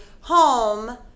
home